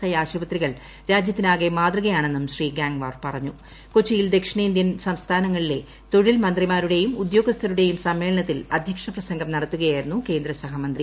I ആശുപത്രികൾ രാജ്യത്തിനാകെ മാതൃകയാണെന്നും കൊച്ചിയിൽ ദക്ഷിണേന്തൃൻ സംസ്ഥാനങ്ങളിലെ തൊഴിൽ മന്ത്രിമാരുടെയും ഉദ്യോഗസ്ഥരുടെയും സമ്മേളനത്തിൽ അധ്യക്ഷ പ്രസംഗം നടത്തുകയായിരുന്നു കേന്ദ്ര സഹമന്ത്രി